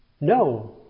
no